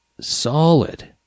solid